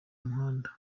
umuhanda